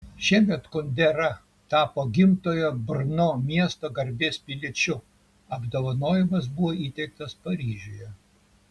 šiemet kundera tapo gimtojo brno miesto garbės piliečiu apdovanojimas buvo įteiktas paryžiuje